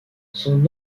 son